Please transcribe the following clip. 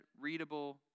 readable